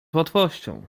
łatwością